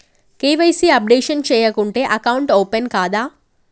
KYC updation చేయకుంటే account open కాదా?